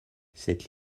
cette